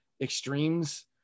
extremes